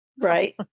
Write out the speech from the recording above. Right